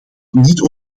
niet